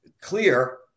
clear